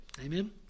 Amen